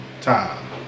time